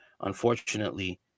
Unfortunately